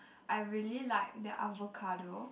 I really like their avocado